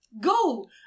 go